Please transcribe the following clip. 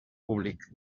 públic